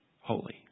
holy